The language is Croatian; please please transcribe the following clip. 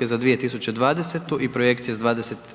za 2020. i projekciju za 2021.